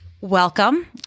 welcome